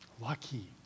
Lucky